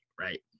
right